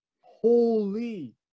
holy